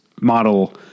model